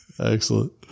Excellent